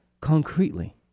concretely